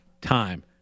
time